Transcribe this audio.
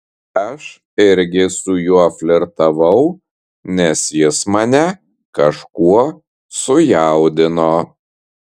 aš irgi su juo flirtavau nes jis mane kažkuo sujaudino